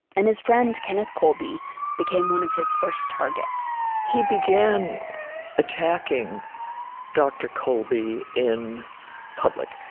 and his friend kenneth colby became one of his first targets he began attacking dr. colby in public,